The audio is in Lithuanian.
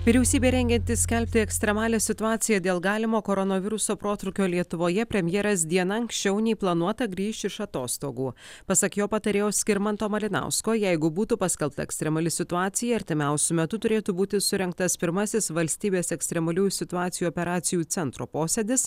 vyriausybei rengiantis skelbti ekstremalią situaciją dėl galimo koronaviruso protrūkio lietuvoje premjeras diena anksčiau nei planuota grįš iš atostogų pasak jo patarėjo skirmanto malinausko jeigu būtų paskelbta ekstremali situacija artimiausiu metu turėtų būti surengtas pirmasis valstybės ekstremaliųjų situacijų operacijų centro posėdis